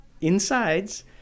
insides